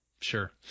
Sure